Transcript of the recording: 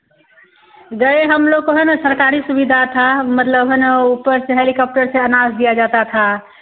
गए हम लोग तो है न सरकारी सुविधा था मतलब है न ऊपर से हेलिकाॅप्टर से अनाज दिया जाता था